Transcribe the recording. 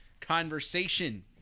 conversation